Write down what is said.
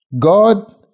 God